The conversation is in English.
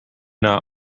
not